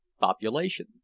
population